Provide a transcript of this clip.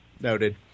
Noted